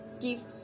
give